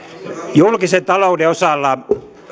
julkisen talouden osalta